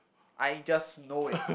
I just know it